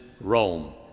Rome